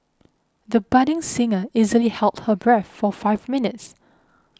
the budding singer easily held her breath for five minutes